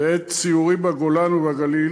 בעת סיורי בגולן ובגליל,